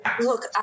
Look